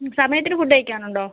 സമയത്തിന് ഫുഡ് കഴിക്കാറുണ്ടോ